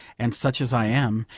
and such as i am,